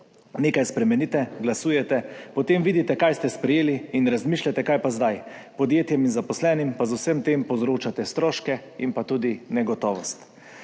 Nekaj spremenite, glasujete, potem vidite, kaj ste sprejeli in razmišljate, kaj pa zdaj, podjetjem in zaposlenim pa z vsem tem povzročate stroške in pa tudi negotovost.